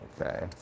Okay